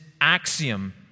axiom